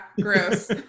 gross